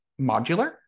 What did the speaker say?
modular